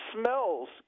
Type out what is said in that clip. Smells